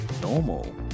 normal